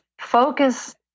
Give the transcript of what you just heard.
focus